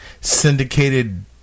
syndicated